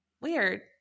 Weird